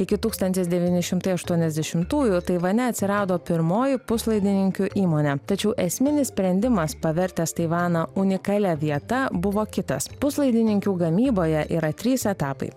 iki tūkstantis devyni šimtai aštuoniasdešimtųjų taivane atsirado pirmoji puslaidininkių įmonė tačiau esminis sprendimas pavertęs taivaną unikalia vieta buvo kitas puslaidininkių gamyboje yra trys etapai